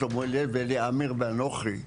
שלמה ואלי אמיר ואנוכי,